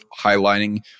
highlighting